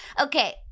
Okay